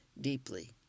deeply